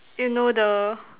you know the